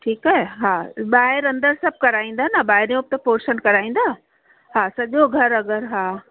ठीकु आहे हा ॿाहिरि अंदरि सभु कराईंदा न ॿाहिरों बि त पोर्शन कराईंदा हा सॼो घर हा